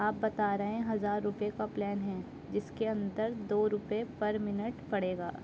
آپ بتا رہے ہیں ہزار روپے کا پلین ہے جس کے اندر دو روپے پر منٹ پڑے گا